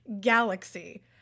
galaxy